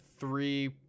Three